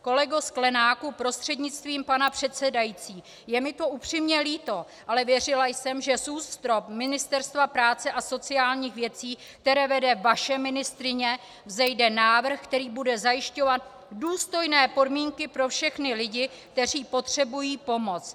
Kolego Sklenáku prostřednictvím pana předsedajícího, je mi to upřímně líto, ale věřila jsem, že z útrob Ministerstva práce a sociálních věcí, které vede vaše ministryně, vzejde návrh, který bude zajišťovat důstojné podmínky pro všechny lidi, kteří potřebují pomoc.